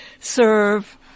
Serve